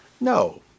No